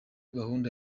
gahunda